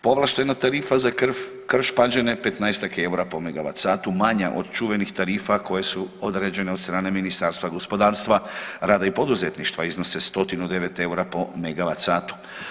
Povlaštena tarifa za Krš Paneđene 15-tak je EUR-a po megavat satu manja od čuvenih tarifa koje su određene od strane Ministarstva gospodarstva, rada i poduzetništva, iznose 109 EUR-a po megavat satu.